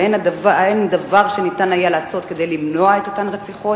האין דבר שהיה אפשר לעשות כדי למנוע את אותן רציחות?